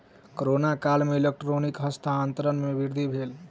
corona काल में electronic हस्तांतरण में वृद्धि भेल